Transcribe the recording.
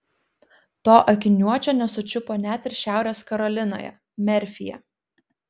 to akiniuočio nesučiupo net ir šiaurės karolinoje merfyje